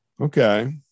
Okay